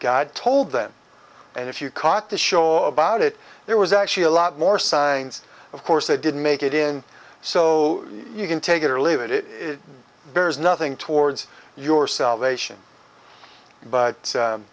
god told them and if you caught the show about it there was actually a lot more signs of course they didn't make it in so you can take it or leave it there is nothing towards your salvation but